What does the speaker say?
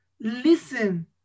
listen